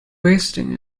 wasting